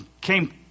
came